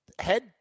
Head